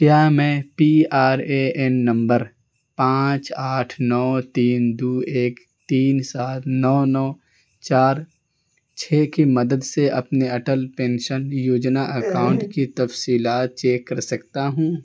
کیا میں P R A N number پانچ آٹھ نو تین دو ایک تین سات نو نو چار چھ کی مدد سے اپنے اٹل پینشن یوجنا اکاؤنٹ کی تفصیلات چیک کر سکتا ہوں